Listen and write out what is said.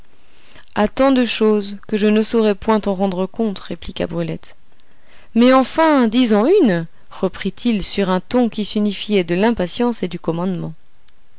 à tant de choses que je ne saurais point t'en rendre compte répliqua brulette mais enfin dis en une reprit-il sur un ton qui signifiait de l'impatience et du commandement